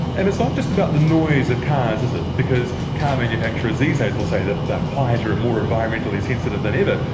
and it's not just about the noise of cars, is it, because car manufacturers these days will say that they're quieter and more environmentally sensitive than ever.